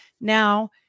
Now